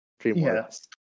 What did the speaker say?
DreamWorks